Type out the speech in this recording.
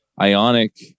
Ionic